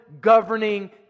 governing